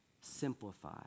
simplify